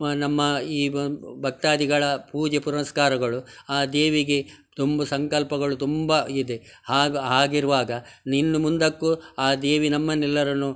ನಮ್ಮ ಈ ಭಕ್ತಾದಿಗಳ ಪೂಜೆ ಪುನಸ್ಕಾರಗಳು ಆ ದೇವಿಗೆ ತುಂಬ ಸಂಕಲ್ಪಗಳು ತುಂಬಾಯಿದೆ ಹಾಗೆ ಹಾಗಿರುವಾಗ ಇನ್ನು ಮುಂದಕ್ಕು ಆ ದೇವಿ ನಮ್ಮನ್ನೆಲ್ಲರನ್ನು